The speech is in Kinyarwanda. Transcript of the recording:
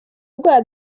ubwoba